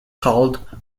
called